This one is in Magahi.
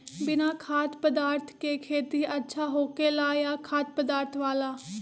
बिना खाद्य पदार्थ के खेती अच्छा होखेला या खाद्य पदार्थ वाला?